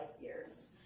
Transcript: years